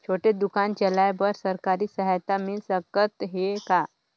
छोटे दुकान चलाय बर सरकारी सहायता मिल सकत हे का?